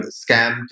scam